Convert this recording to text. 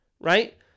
right